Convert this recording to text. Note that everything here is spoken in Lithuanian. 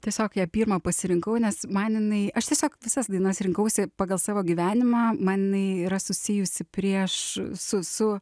tiesiog ją pirmą pasirinkau nes man jinai aš tiesiog visas dainas rinkausi pagal savo gyvenimą man jinai yra susijusi prieš su su